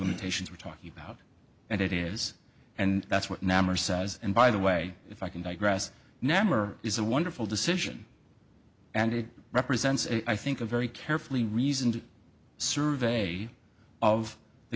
limitations we're talking about and it is and that's what namor says and by the way if i can digress namor is a wonderful decision and it represents i think a very carefully reasoned survey of the